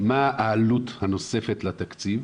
מה העלות הנוספת לתקציב,